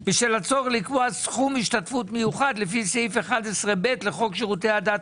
בשל הצורך לקבוע סכום השתתפות מיוחד לפי סעיף 11ב לחוק שירותי הדת